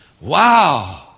Wow